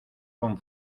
con